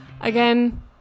again